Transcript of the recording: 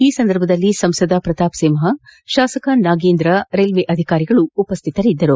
ಈ ಸಂದರ್ಭದಲ್ಲಿ ಸಂಸದ ಪ್ರತಾಪ್ ಸಿಂಪ ಶಾಸಕ ನಾಗೇಂದ್ರ ರೈಲ್ವೆ ಅಧಿಕಾರಿಗಳು ಉಪಶ್ಥಿತರಿದ್ದರು